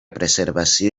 preservació